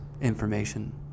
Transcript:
information